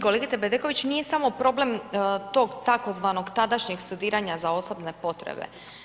Kolegice Bedeković, nije samo problem tog tzv. tadašnjeg studiranja za osobne potrebe.